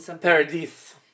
Paradise